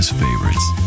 favorites